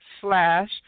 slash